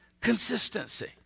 consistency